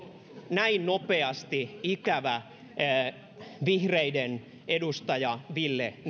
näin nopeasti ikävä vihreiden edustaja ville